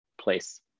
place